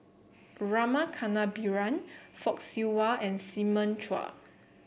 Rama Kannabiran Fock Siew Wah and Simon Chua